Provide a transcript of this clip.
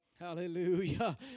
Hallelujah